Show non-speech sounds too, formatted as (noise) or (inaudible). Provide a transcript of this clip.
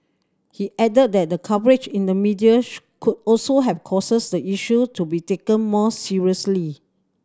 he added that the coverage in the media (unintelligible) could also have causes the issue to be taken more seriously